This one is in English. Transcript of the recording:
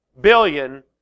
billion